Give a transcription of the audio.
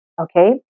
Okay